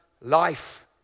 life